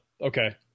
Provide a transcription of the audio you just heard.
Okay